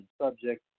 subject